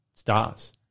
Stars